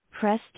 press